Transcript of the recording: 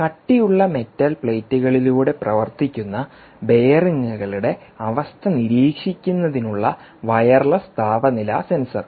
കട്ടിയുള്ള മെറ്റൽ പ്ലേറ്റുകളിലൂടെ പ്രവർത്തിക്കുന്ന ബെയറിംഗുകളുടെ അവസ്ഥ നിരീക്ഷിക്കുന്നതിനുള്ള വയർലെസ് താപനില സെൻസർ